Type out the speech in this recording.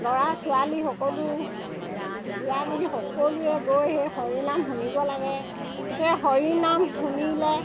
ল'ৰা ছোৱালী সকলো বুঢ়া বুঢ়ী সকলোৱে গৈ সেই হৰিনাম শুনিব লাগে সেই হৰিনাম শুনিলে